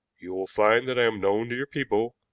you will find that i am known to your people,